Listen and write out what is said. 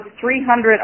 300